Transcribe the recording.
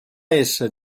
ésser